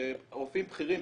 רופאים בכירים,